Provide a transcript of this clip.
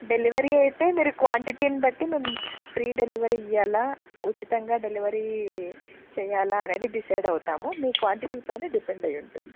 delivery అయితే మీరు క్వాంటిటీని బట్టి మేము ఫ్రీ డెలివరీ ఇవ్వాలా ఉచితంగా డెలివరీ చేయాలా అనేది డిసైడ్ అవుతాము మీ క్వాంటిటీ పైన డిపెండ్ అయి ఉంటుంది